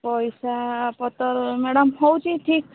ପଇସାପତ୍ର ମ୍ୟାଡମ୍ ହଉଛି ଠିକ୍